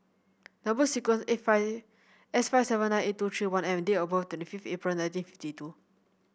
number sequence is S five seven nine eight two three one M and date of birth twenty fifth April nineteen fifty two